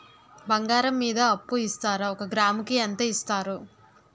బంగారం మీద అప్పు ఇస్తారా? ఒక గ్రాము కి ఎంత ఇస్తారు?